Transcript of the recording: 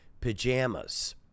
pajamas